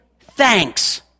thanks